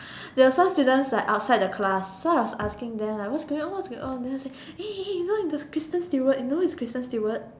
there were some students like outside the class so I was asking them like what's going on what's going on then after that they were like hey hey hey you know the Kristen Stewart you know who is Kristen Stewart